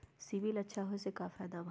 CIBIL अच्छा होऐ से का फायदा बा?